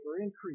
increase